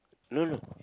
no no